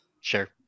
Sure